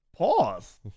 Pause